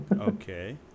Okay